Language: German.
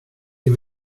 dem